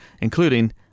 including